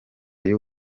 y’u